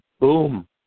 boom